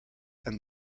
and